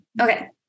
Okay